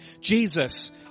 Jesus